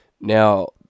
Now